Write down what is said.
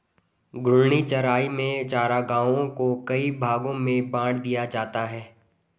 घूर्णी चराई में चरागाहों को कई भागो में बाँट दिया जाता है